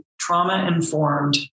trauma-informed